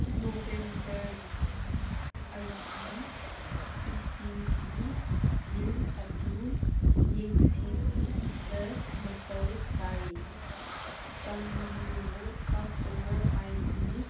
ꯅꯣꯕꯦꯝꯕꯔꯒꯤ ꯑꯩꯒꯤ ꯏꯁꯤꯡꯒꯤ ꯕꯤꯜ ꯑꯗꯨ ꯌꯦꯡꯁꯤꯟꯕ ꯃꯊꯧ ꯇꯥꯏ ꯆꯥꯟꯕꯤꯗꯨꯅ ꯀꯁꯇꯃꯔ ꯑꯥꯏ ꯗꯤ